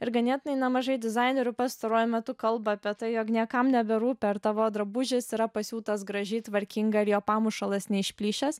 ir ganėtinai nemažai dizainerių pastaruoju metu kalba apie tai jog niekam neberūpi ar tavo drabužis yra pasiūtas gražiai tvarkingai ar jo pamušalas neišplyšęs